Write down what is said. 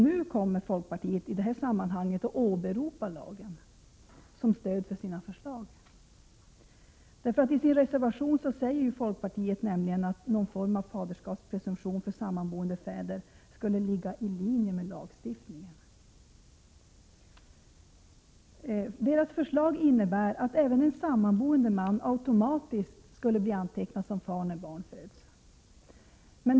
Nu kommer folkpartiet i detta sammanhang och åberopar lagen som stöd för sina förslag. I sin reservation säger folkpartiet nämligen att någon form av faderskapspresumtion för fäder som är sambo med barnets moder skulle ligga i linje med lagstiftningen. Folkpartiets förslag innebär att även en sammanboende man automatiskt skulle bli antecknad som far när barn föds i samboförhållandet.